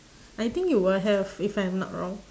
I think you will have if I am not wrong